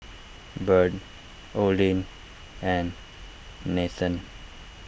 Bird Olin and Nathen